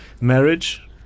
marriage